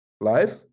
life